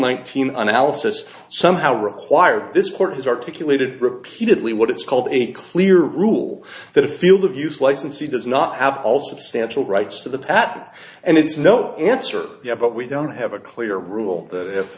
nineteen analysis somehow required this court has articulated repeatedly what it's called a clear rule that a field of use licensee does not have all substantial rights to the pat and it's no answer yet but we don't have a clear rule